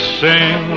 sing